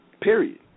period